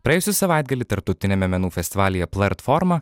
praėjusį savaitgalį tarptautiniame menų festivalyje plartforma